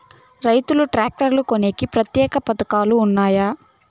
రైతులు ట్రాక్టర్లు కొనేకి ప్రత్యేక పథకాలు ఉన్నాయా?